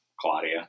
Claudia